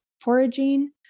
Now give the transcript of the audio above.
foraging